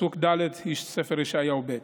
פסוק ד', ספר ישעיהו ב'.